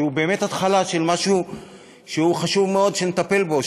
כי הוא באמת התחלה של משהו שמאוד חשוב שנטפל בו.